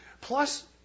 plus